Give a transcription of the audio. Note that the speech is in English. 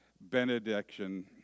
benediction